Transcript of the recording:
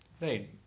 Right